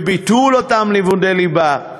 וביטול אותם לימודי ליבה,